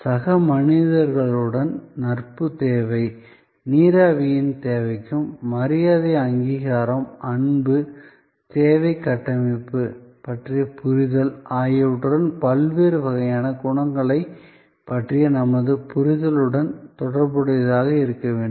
சக மனிதர்களுடன் நட்பு தேவை நீராவியின் தேவைக்கும் மரியாதை அங்கீகாரம் அன்பு மற்றும் தேவை கட்டமைப்பு பற்றிய புரிதல் ஆகியவற்றுடன் பல்வேறு வகையான குணங்களைப் பற்றிய நமது புரிதலுடன் தொடர்புடையதாக இருக்க வேண்டும்